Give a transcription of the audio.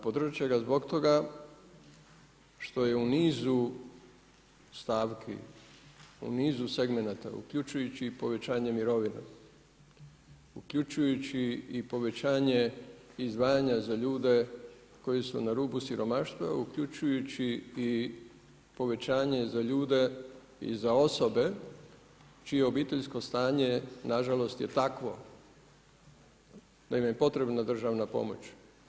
Podržat će ga zbog toga što je u nizu stavki u nizu segmenata uključujući i povećanje mirovina, uključujući i povećanje izdvajanja za ljude koji su na rubu siromaštva, uključujući povećanje za ljude i za osobe čije je obiteljsko stanje nažalost je takvo da im je potrebna državna pomoć.